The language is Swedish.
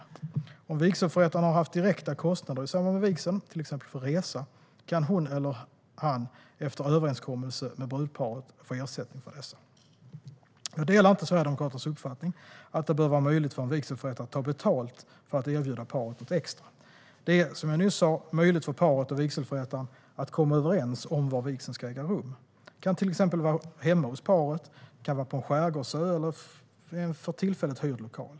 Om vigselförrättaren haft direkta kostnader i samband med vigseln, till exempel för resa, kan han eller hon efter överenskommelse med brudparet få ersättning för dessa. Jag delar inte Sverigedemokraternas uppfattning att det bör vara möjligt för en vigselförrättare att ta betalt för att erbjuda paret något extra. Det är, som jag nyss sa, möjligt för paret och vigselförrättaren att komma överens om var vigseln ska äga rum. Det kan till exempel vara hemma hos paret, på en skärgårdsö eller i en för tillfället hyrd lokal.